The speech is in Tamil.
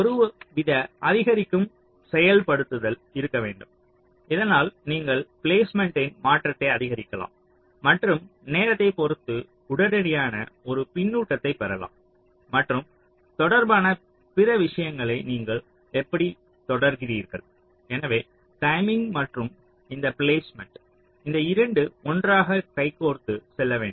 ஒருவித அதிகரிக்கும் செயல்படுத்தல் இருக்க வேண்டும் இதனால் நீங்கள் பிளேஸ்மெண்ட்டின் மாற்றத்தை அதிகரிக்கலாம் மற்றும் நேரத்தைப் பொறுத்து உடனடியாக ஒரு பின்னூட்டத்தைப் பெறலாம் மற்றும் தொடர்பான பிற விஷயங்களை நீங்கள் எப்படி தொடர்கிறீர்கள் எனவே டைமிங் மற்றும் இந்த பிளேஸ்மெண்ட் இந்த 2 ஒன்றாக கைகோர்த்து செல்ல வேண்டும்